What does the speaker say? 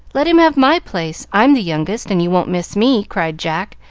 let him have my place i'm the youngest, and you won't miss me, cried jack,